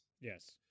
Yes